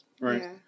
right